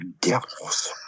devils